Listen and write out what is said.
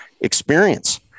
experience